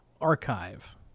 Archive